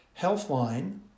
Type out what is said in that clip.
Healthline